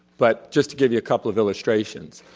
but just to give you a couple of illustrations,